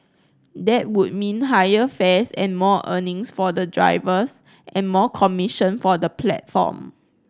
that would mean higher fares and more earnings for the drivers and more commission for the platform